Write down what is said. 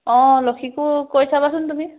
অঁ লক্ষীকো কৈ চাবাচোন তুমি